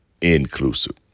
inclusive